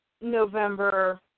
November